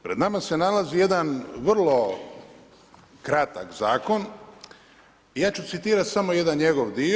Pred nama se nalazi jedan vrlo kratak Zakon i ja ću citirati samo jedan njegov dio.